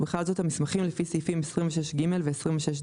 ובכלל זאת המסמכים לפי סעיפים 26ג ו26ד,